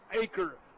acre